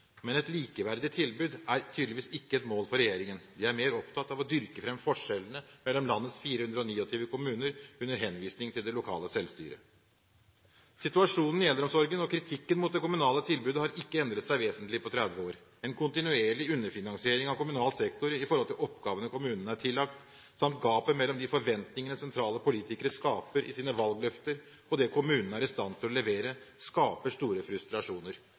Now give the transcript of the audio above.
Men et likeverdig tilbud er tydeligvis ikke et mål for regjeringen. Den er mer opptatt av å dyrke frem forskjellene mellom landets 429 kommuner, under henvisning til det lokale selvstyret. Situasjonen i eldreomsorgen og kritikken mot det kommunale tilbudet har ikke endret seg vesentlig på 30 år. En kontinuerlig underfinansiering av kommunal sektor i forhold til oppgavene kommunene er tillagt, samt gapet mellom de forventningene sentrale politikere skaper i sine valgløfter og det kommunene er i stand til å levere, skaper